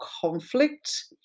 conflict